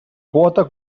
quota